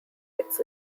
its